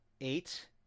Eight